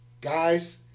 Guys